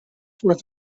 with